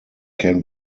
can